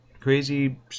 crazy